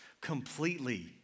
completely